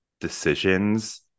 decisions